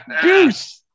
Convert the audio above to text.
Goose